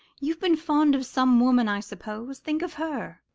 you've been fond of some woman, i suppose. think of her!